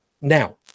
Now